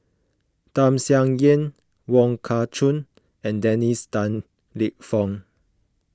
Tham Sien Yen Wong Kah Chun and Dennis Tan Lip Fong